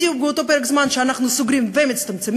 בדיוק באותו פרק זמן שאנחנו סוגרים ומצטמצמים,